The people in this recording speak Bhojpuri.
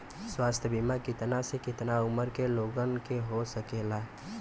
स्वास्थ्य बीमा कितना से कितना उमर के लोगन के हो सकेला?